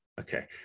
Okay